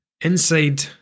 inside